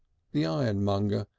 the ironmonger,